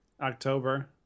October